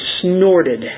snorted